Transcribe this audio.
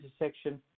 intersection